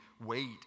wait